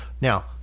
now